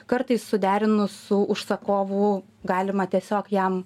kartais suderinus su užsakovu galima tiesiog jam